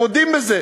הם מודים בזה.